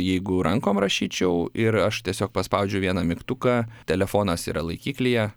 jeigu rankom rašyčiau ir aš tiesiog paspaudžiu vieną mygtuką telefonas yra laikiklyje